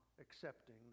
accepting